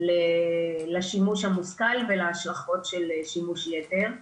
לשימוש המושכל ולהשלכות של שימוש יתר.